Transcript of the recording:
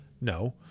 No